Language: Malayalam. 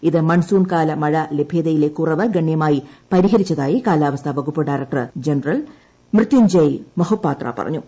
ഇത് മൺസൂൺകാല മഴ ലഭ്യതയിലെ കുറവ് ഗണ്യമായി പരിഹരിച്ചതായി കാലാവസ്ഥാ വകുപ്പ് ഡയറക്ടർ ജനറൽ മൃത്യുഞ്ജയ് മൊഹാപത്ര പറഞ്ഞു